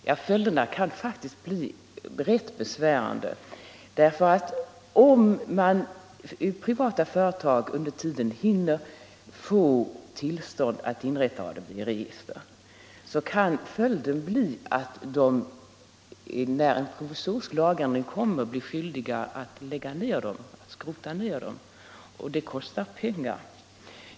Ja, följden kan faktiskt bli ganska besvärande. Ty om man i privata företag under tiden hinner inrätta ADB register, så kan det innebära att när de provisoriska lagändringarna genomförs blir företagen skyldiga att skrota ner sina register. Och det kostar pengar.